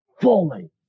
fully